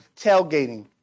tailgating